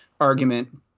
argument